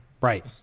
right